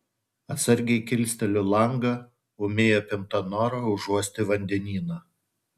atsargiai kilsteliu langą ūmiai apimta noro užuosti vandenyną